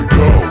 go